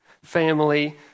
Family